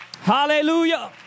Hallelujah